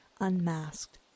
unmasked